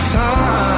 time